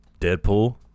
Deadpool